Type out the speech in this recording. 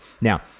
Now